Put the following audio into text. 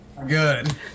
Good